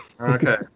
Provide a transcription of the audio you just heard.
okay